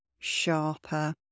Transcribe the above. sharper